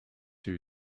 two